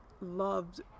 Loved